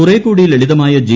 കുറേക്കൂടി ലളിതമായ ജി